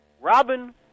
Robin